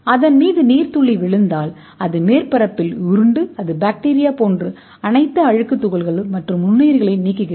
அதன் மீது நீர் துளி விழுந்தால் அது மேற்பரப்பில் உருண்டு அது பாக்டீரியா போன்ற அனைத்து அழுக்கு துகள்கள் மற்றும் நுண்ணுயிரிகளை நீக்குகிறது